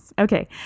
okay